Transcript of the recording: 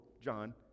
John